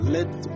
Let